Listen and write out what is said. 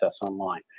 online